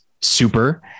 super